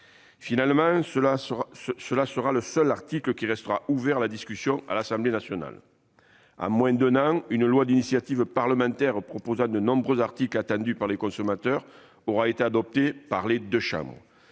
Finalement, ce sera le seul article qui restera ouvert à discussion à l'Assemblée nationale. En moins d'un an, une loi d'initiative parlementaire proposant de nombreux articles attendus par les consommateurs aura été adoptée par les deux chambres.